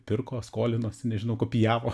pirko skolinosi nežinau kopijavo